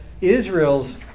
Israel's